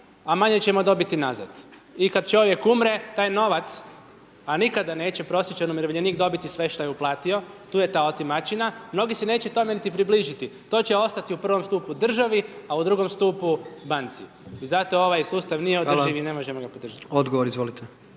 a manje ćemo dobiti nazad i kad čovjek umre, taj novac a nikada neće prosječan umirovljenik dobiti sve šta je uplatio, tu je ta otimačina, mnogi se neće tome niti približiti, to će ostati u prvom stupu državi a u drugom stupu banci i zato ovaj sustav nije održiv i ne možemo ga podržati. **Jandroković,